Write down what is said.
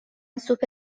سوپ